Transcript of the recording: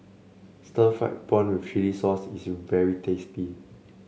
Stir Fried Prawn with Chili Sauce is very tasty